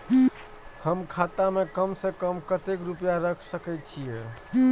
हम खाता में कम से कम कतेक रुपया रख सके छिए?